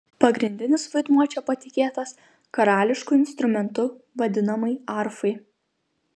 pagrindinis vaidmuo čia patikėtas karališku instrumentu vadinamai arfai